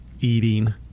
eating